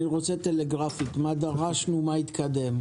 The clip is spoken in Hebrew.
מה דרשנו ומה התקדם?